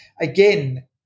again